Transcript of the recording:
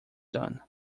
done